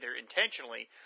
intentionally